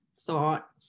thought